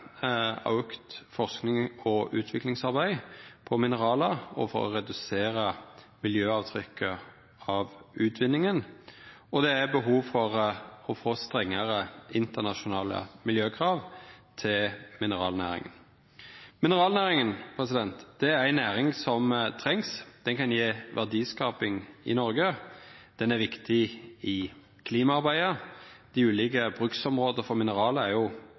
og utviklingsarbeid på mineral og for å redusera miljøavtrykket av utvinninga. Og det er behov for å stilla strengare internasjonale miljøkrav til mineralnæringa. Mineralnæringa er ei næring som trengst. Ho kan gje verdiskaping i Noreg. Ho er viktig i klimaarbeidet. Dei ulike bruksområda for mineral er